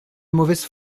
mauvaise